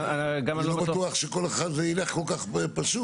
אני לא בטוח שכל אחד זה ילך כל כך פשוט.